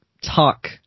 talk